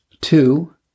Two